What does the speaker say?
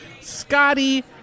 Scotty